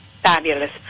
Fabulous